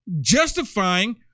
justifying